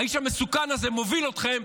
האיש המסוכן הזה מוביל אתכם.